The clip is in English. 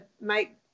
make